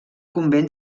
convent